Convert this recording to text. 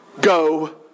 Go